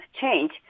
change